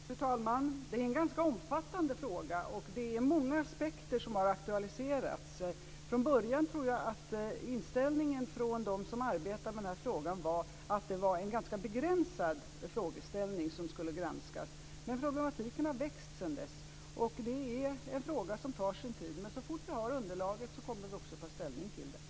Fru talman! Det är en ganska omfattande fråga, och det är många aspekter som har aktualiserats. Från början tror jag att inställningen från dem som arbetade med frågan var att det var en ganska begränsad frågeställning som skulle granskas. Men problematiken har växt sedan dess. Det är en fråga som tar sin tid. Men så fort vi har underlaget kommer vi också att ta ställning till det.